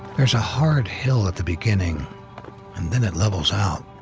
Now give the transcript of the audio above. there's a hard hill at the beginning, and then it levels out.